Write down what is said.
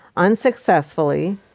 unsuccessfully.